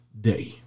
day